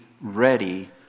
ready